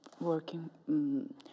working